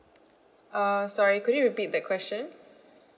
uh sorry could you repeat that question